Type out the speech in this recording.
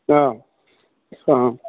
অঁ অঁ